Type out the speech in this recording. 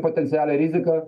potencialią riziką